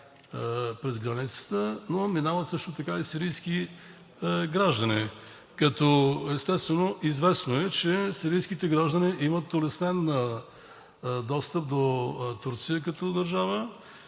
през границата, но минават също така и сирийски граждани. Известно е, че сирийските граждани имат улеснен достъп до Турция като държава